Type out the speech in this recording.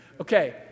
Okay